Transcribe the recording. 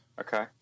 okay